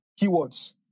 keywords